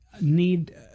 need